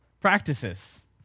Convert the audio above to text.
practices